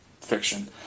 fiction